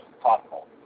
possible